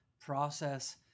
process